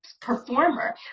performer